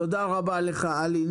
תודה רבה, עלי.